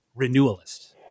renewalists